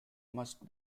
must